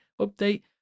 update